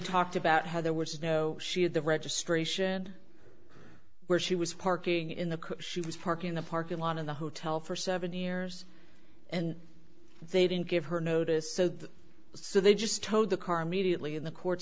talked about how there was no she had the registration where she was parking in the she was parking in the parking lot of the hotel for seven years and they didn't give her notice so the so they just towed the car immediately in the court